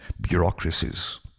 bureaucracies